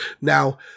Now